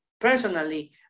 personally